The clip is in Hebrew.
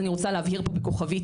אני רוצה להבהיר פה בכוכבית,